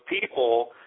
people